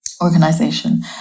organization